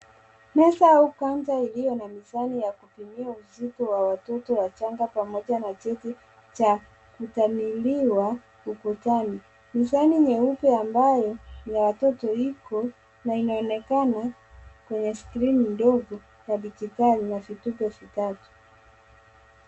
Meza au counter iliyo na mizani ya kupimia uzito wa watoto wachanga pamoja na cheti cha kutaniliwa ukutani. Mizani nyeupe ambayo ni ya watoto iko na inaonekana kwenye skrini ndogo ya dijitali na vituto vitatu.